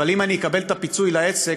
אבל אם אני אקבל את הפיצוי על העסק